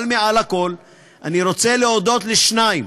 אבל מעל הכול אני רוצה להודות לשניים